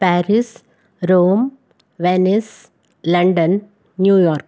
Paris Rome Venice London New York